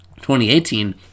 2018